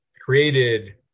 created